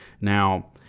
Now